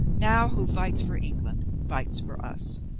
now who fights for england fights for us.